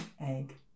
egg